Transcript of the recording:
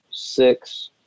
six